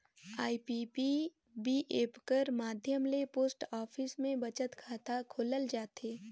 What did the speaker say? IPPB app कर माध्यम ले पोस्ट ऑफिस में बचत खाता खोलल जाथे